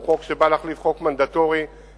שהוא חוק שבא להחליף חוק מנדטורי מ-1927.